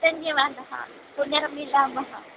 धन्यवादः पुनर्मिलामः